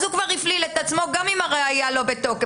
במקרה כזה הוא כבר הפליל את עצמו גם אם הראיה לא בתוקף.